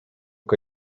che